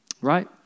right